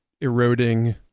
eroding